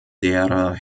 derer